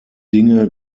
dinge